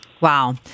Wow